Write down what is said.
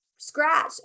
Scratch